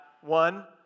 one